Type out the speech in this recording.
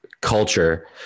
culture